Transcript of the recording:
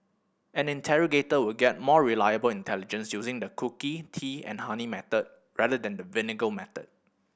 an interrogator will get more reliable intelligence using the cookie tea and honey method rather than the vinegar method